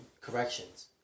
corrections